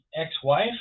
ex-wife